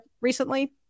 recently